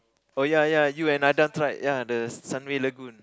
oh ya ya you and Nada tried ya the Sunway Lagoon